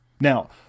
Now